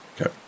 Okay